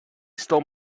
stole